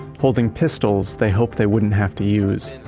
holding pistols they hoped they wouldn't have to use.